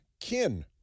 kin